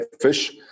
fish